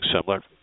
similar